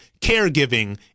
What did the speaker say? caregiving